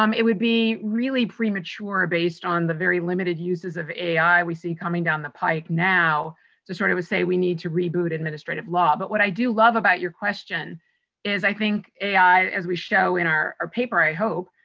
um it would be really premature based on the very limited uses of ai we see coming down the pike now to sort of say we need to reboot administrative law. but what i do love about your question is i think ai, as we show in our our paper i hope,